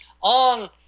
on